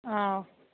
ꯑꯥꯎ